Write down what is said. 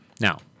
now